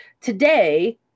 Today